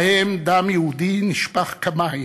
שבהן דם יהודי נשפך כמים,